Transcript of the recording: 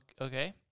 Okay